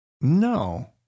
No